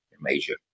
major